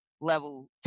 level